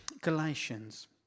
Galatians